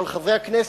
אבל, חברי הכנסת,